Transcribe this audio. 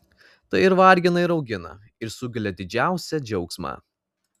tai ir vargina ir augina ir sukelia didžiausią džiaugsmą